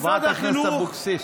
חברת הכנסת אבקסיס,